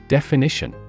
Definition